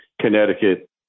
Connecticut